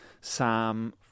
sam